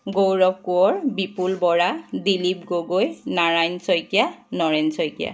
Gaurav Konwar Bipul Bora Dilip Gogoi Narayan Saikia Naren Saikia